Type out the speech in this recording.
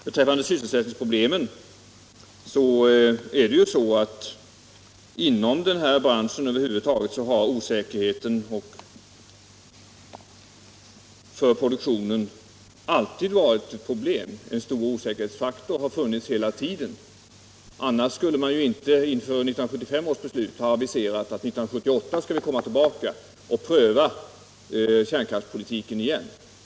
Beträffande sysselsättningsproblemen vill jag säga att inom den här branschen har osäkerheten alltid varit ett problem. En stor osäkerhetsfaktor har funnits hela tiden. Annars skulle man ju inte inför 1975 års beslut ha aviserat att 1978 skall vi komma tillbaka och pröva kärnkraftspolitiken igen.